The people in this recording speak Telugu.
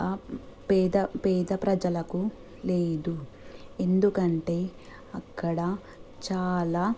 పేద పేద ప్రజలకు లేదు ఎందుకంటే అక్కడ చాలా